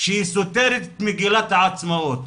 שהיא סותרת את מגילת העצמאות.